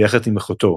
ביחד עם אחותו,